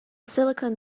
silicon